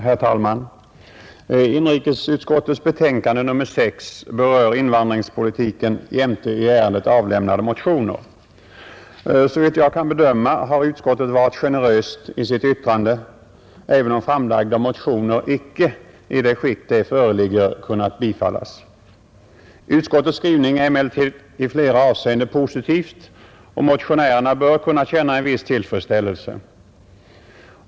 Herr talman! Inrikesutskottets betänkande nr 6 berör invandringspolitiken jämte i ärendet avlämnade motioner. Såvitt jag kan bedöma har utskottet varit generöst i sitt yttrande, även om motionerna icke, i det skick de föreligger, kunnat tillstyrkas. Utskottets skrivning är emellertid i flera avseenden positiv, och motionärerna bör kunna känna en viss tillfredsställelse.